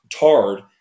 tard